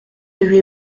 huit